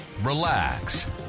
relax